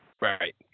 Right